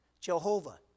Jehovah